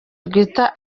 rwitwa